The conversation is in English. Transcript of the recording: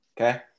Okay